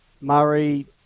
Murray